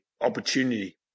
opportunity